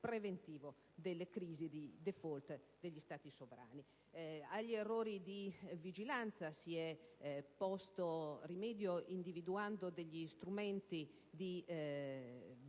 preventivo delle crisi di *default* degli Stati sovrani. Agli errori di vigilanza si è posto rimedio individuando degli strumenti di vigilanza